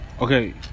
Okay